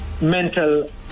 mental